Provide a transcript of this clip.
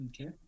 Okay